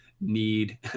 need